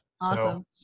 Awesome